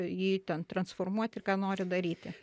jį ten transformuoti ir ką nori daryti